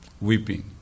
weeping